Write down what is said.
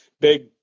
big